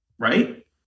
right